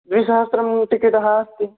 द्विसहस्रं टिकेटः अस्ति